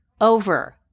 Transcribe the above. over